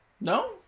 No